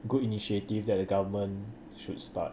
good initiative that the government should start